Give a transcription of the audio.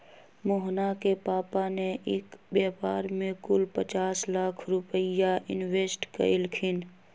मोहना के पापा ने ई व्यापार में कुल पचास लाख रुपईया इन्वेस्ट कइल खिन